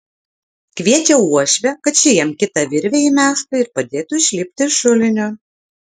kviečia uošvę kad ši jam kitą virvę įmestų ir padėtų išlipti iš šulinio